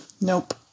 Nope